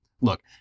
look